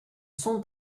sont